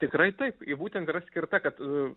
tikrai taip ji būtent yra skirta kad